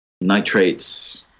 nitrates